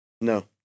No